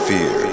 Fear